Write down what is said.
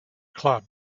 club